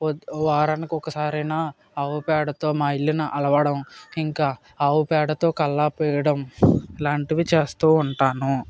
వారానికి ఒకసారైనా ఆవుపేడతో మా ఇల్లుని అలకడం ఇంకా ఆవు పేడతో కల్లాపు వేయడం ఇలాంటివి చేస్తు ఉంటాను